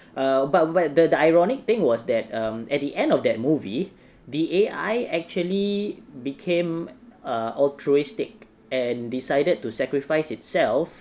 err but but the ironic thing was that um at the end of that movie the A_I actually became uh altruistic and decided to sacrifice itself